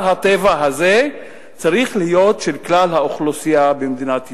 הטבע הזה צריך להיות של כלל האוכלוסייה במדינת ישראל.